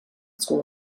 school